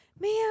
man